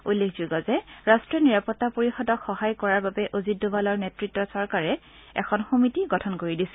উল্লেখযোগ্য যে ৰাষ্ট্ৰীয় নিৰাপত্তা পৰিযদক সহায় কৰাৰ বাবে অজিত দ'ৱালৰ নেতৃত্বত চৰকাৰে এখন সমিতি গঠন কৰি দিছিল